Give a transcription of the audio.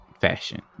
fashion